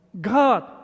God